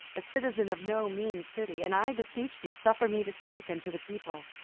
a citizen of no mean city and, i beseech thee, suffer me to speak unto the people.